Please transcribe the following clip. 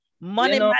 money